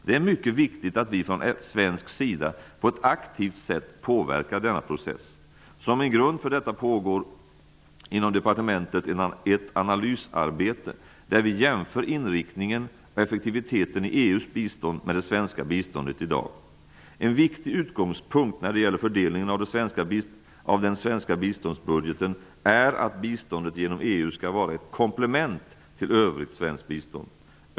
Det är mycket viktigt att vi från svensk sida på ett aktivt sätt påverkar denna process. Som en grund för detta pågår inom departementet ett analysarbete där vi jämför inriktningen och effektiviteten i EU:s bistånd med det svenska biståndet i dag. En viktig utgångspunkt när det gäller fördelningen av den svenska biståndsbudgeten är att biståndet genom EU skall vara ett komplement till övrigt svenskt bistånd.